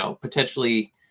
potentially